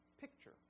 picture